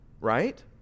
right